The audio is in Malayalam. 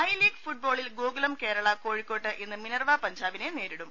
ഐലീഗ് ഫുട്ബോളിൽ ഗോകുലം കേരള കോഴിക്കോട്ട് ഇന്ന് മിനർവ പഞ്ചാബിനെ നേരിടും